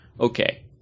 Okay